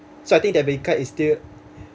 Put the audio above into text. so I think debit card is still